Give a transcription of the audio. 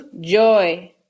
Joy